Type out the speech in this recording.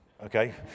Okay